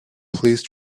please